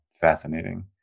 fascinating